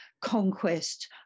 conquest